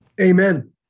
Amen